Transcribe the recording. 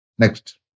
Next